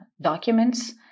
documents